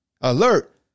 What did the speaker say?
Alert